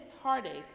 heartache